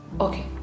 Okay